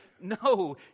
No